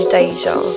Deja